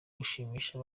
gushimisha